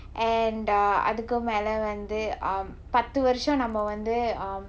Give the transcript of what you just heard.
and uh அதுக்கு மேல வந்து:athukku mela vanthu um பத்து வருஷம் நம்ம வந்து:pathu varusham namma vanthu um